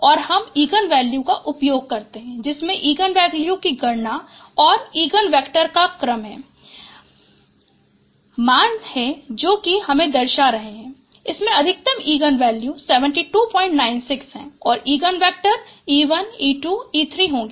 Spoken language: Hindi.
और हम इगन का उपयोग करते हैं जिसमें इगन वैल्यू की गणना और इगन वेक्टर का क्रम है मान जो कि हम दर्शा रहें है उसमें अधिकतम इगन वैल्यून 7296 है और eigen vector e1 e2 e3 होगें